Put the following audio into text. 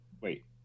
wait